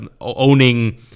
Owning